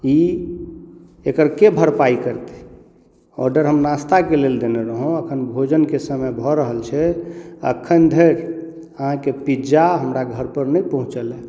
ई एकरके भरपाइ करतै ऑर्डर हम नास्ताके लेल देने रहौं एखन भोजनके समय भऽ रहल छै एखन धरि अहाँके पिज्जा हमरा घरपर नहि पहुँचल हँ